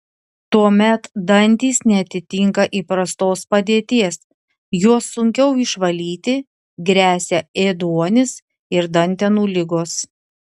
tuomet dantys neatitinka įprastos padėties juos sunkiau išvalyti gresia ėduonis ir dantenų ligos